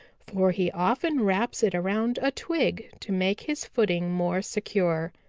for he often wraps it around a twig to make his footing more secure.